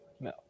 no